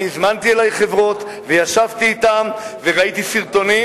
הזמנתי אלי חברות וישבתי אתן וראיתי סרטונים,